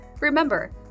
Remember